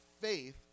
faith